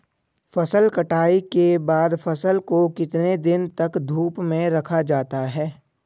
फसल कटाई के बाद फ़सल को कितने दिन तक धूप में रखा जाता है?